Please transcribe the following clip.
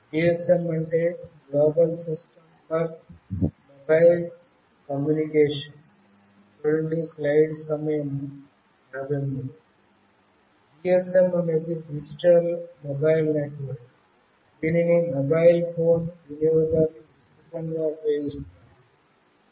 GSM అంటే global system for mobile communication GSM అనేది digital mobile network దీనిని mobile phone వినియోగదారులు విస్తృతంగా ఉపయోగిస్తున్నారు